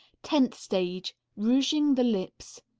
tenth stage. rouging the lips.